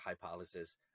hypothesis